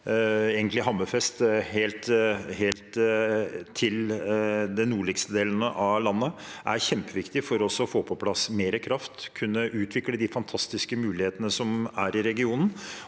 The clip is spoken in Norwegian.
merfest og helt til de nordligste delene av landet – er kjempeviktig for å få på plass mer kraft, kunne utvikle de fantastiske mulighetene som er i regionen,